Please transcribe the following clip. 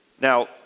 Now